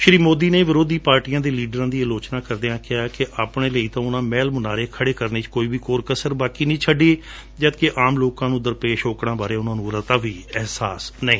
ਸ਼੍ਰੀ ਮੋਦੀ ਨੇ ਵਿਰੋਧੀ ਪਾਰਟੀਆਂ ਦੇ ਲੀਡਰਾਂ ਦੀ ਅਲੋਚਨਾ ਕਰਦਿਆਂ ਕਿਹਾ ਕਿ ਆਪਣੇ ਲਈ ਤਾਂ ਉਹ ਉਹ ਮਹਿਲ ਮੁਨਾਰੇ ਖੜੇ ਕਰਣ ਵਿਚ ਕੋਈ ਕਸਰ ਨਹੀ ਛੱਡੀ ਜਦਕਿ ਆਮ ਲੋਕਾਂ ਨੂੰ ਦਰਪੇਸ਼ ਔਕੜਾਂ ਬਾਰੇ ਉਨ੍ਹਾਂ ਨੂੰ ਰਤਾ ਵੀ ਅਹਿਸਾਸ ਨਹੀ